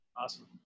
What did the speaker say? Awesome